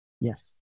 Yes